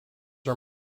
are